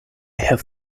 have